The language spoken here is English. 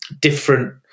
different